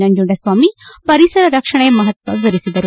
ನಂಜುಂಡಸ್ವಾಮಿ ಪರಿಸರ ರಕ್ಷಣೆಯ ಮಹತ್ವ ವಿವರಿಸಿದರು